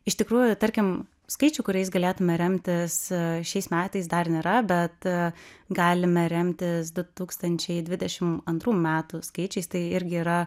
iš tikrųjų tarkim skaičių kuriais galėtumėme remtis šiais metais dar nėra bet galime remtis du tūkstančiai dvidešim antrų metų skaičiais tai irgi yra